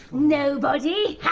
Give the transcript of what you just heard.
nobody! ha!